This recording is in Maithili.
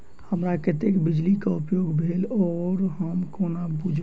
हमरा कत्तेक बिजली कऽ उपयोग भेल ओकर हम कोना बुझबै?